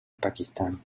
pakistán